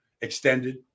extended